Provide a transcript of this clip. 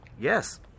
yes